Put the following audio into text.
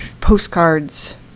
postcards